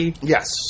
Yes